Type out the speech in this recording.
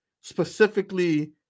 specifically